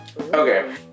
Okay